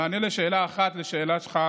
במענה לשאלה שלך,